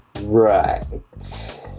Right